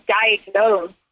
diagnosed